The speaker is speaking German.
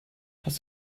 hast